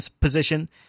position